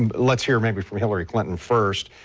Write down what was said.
um let's hear maybe from hillary clinton first.